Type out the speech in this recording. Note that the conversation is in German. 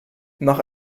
nach